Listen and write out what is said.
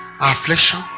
affliction